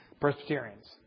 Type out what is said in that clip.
Presbyterians